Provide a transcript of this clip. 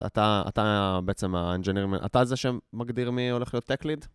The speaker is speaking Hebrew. אתה בעצם ה engineer, אתה זה שמגדיר מי הולך להיות tech lead?